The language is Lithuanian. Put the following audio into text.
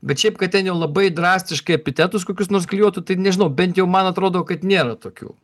bet šiaip kad ten jau labai drastiškai epitetus kokius nors klijuotų tai nežinau bent jau man atrodo kad nėra tokių